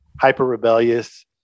hyper-rebellious